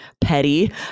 petty